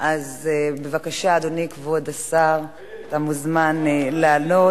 אז בבקשה, אדוני, כבוד השר, אתה מוזמן לעלות.